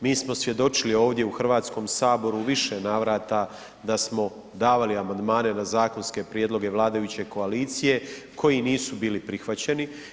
Mi smo svjedočili ovdje u Hrvatskom saboru u više navrata da smo davali amandmane na zakonske prijedloge vladajuće koalicije koji nisu bili prihvaćeni.